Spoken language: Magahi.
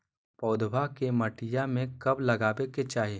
पौधवा के मटिया में कब लगाबे के चाही?